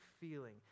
feeling